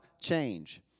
change